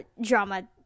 drama